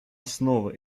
основа